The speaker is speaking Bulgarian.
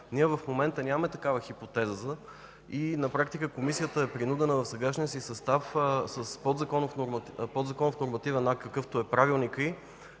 В момента ние нямаме такава хипотеза и на практика Комисията е принудена в сегашния си състав с подзаконов нормативен акт, какъвто е Правилникът